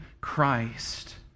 Christ